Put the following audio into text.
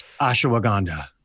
ashwagandha